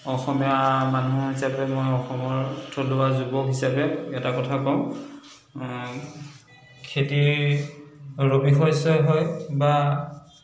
অসমীয়া মানুহ হিচাপে মই অসমৰ থলুৱা যুৱক হিচাপে এটা কথা কওঁ খেতি ৰবি শস্যই হয় বা